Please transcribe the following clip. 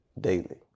daily